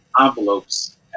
envelopes